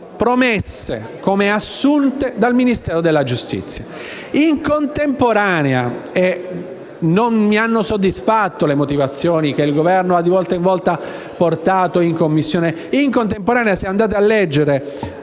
promesse come assunte dal Ministero della giustizia. Contemporaneamente - e non mi hanno soddisfatto le motivazioni che il Governo ha di volta in volta portato in Commissione - se andate a leggere